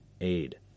aid